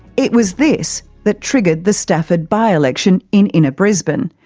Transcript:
it was this that triggered the stafford by-election in inner brisbane,